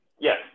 Yes